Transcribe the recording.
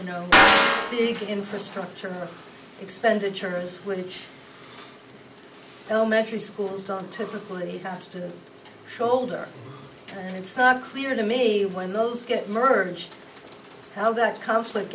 you know big infrastructure expenditures which no matter schools don't typically have to shoulder and it's not clear to me when those get merged how that conflict